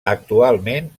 actualment